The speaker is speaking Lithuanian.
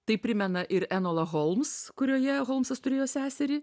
tai primena ir enolą holms kurioje holmsas turėjo seserį